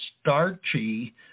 starchy